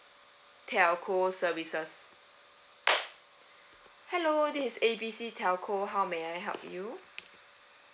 telco services hello this is A B C telco how may I help you